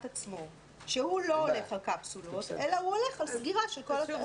עצמו שהוא לא הולך על קפסולות אלא הוא הולך על סגירה של כל המוסד.